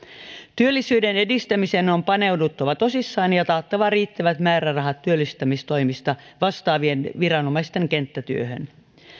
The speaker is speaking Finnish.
työllisyyden edistämiseen on paneuduttava tosissaan ja taattava riittävät määrärahat työllistämistoimista vastaavien viranomaisten kenttätyöhön